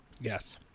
Yes